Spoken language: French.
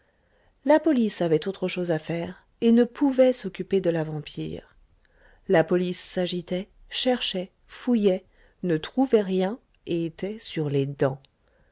la police avait autre chose à faire et ne pouvaient s'occuper de la vampire la police s'agitait cherchait fouillait ne trouvait rien et était sur les dents